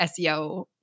SEO